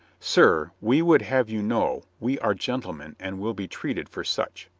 sir, we would have you know we are gentlemen and will be treated for such.